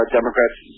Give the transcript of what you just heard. Democrats